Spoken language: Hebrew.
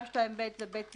2.2ב זה בית זיקוק,